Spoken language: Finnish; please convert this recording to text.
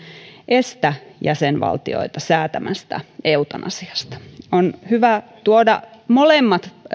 estä jäsenvaltioita säätämästä eutanasiasta on hyvä tuoda molemmat